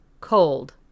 Cold